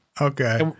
Okay